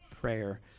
prayer